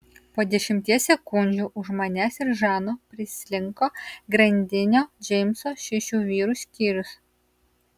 po dešimties sekundžių už manęs ir žano prislinko grandinio džeimso šešių vyrų skyrius